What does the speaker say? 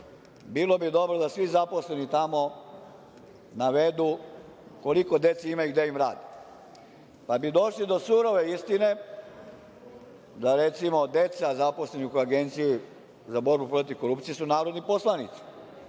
bilo bi dobro da svi zaposleni tamo navedu koliko dece imaju i gde im rade. Pa bi došli do surove istine, da, recimo, deca zaposlenih u Agenciji za borbu protiv korupcije su narodni poslanici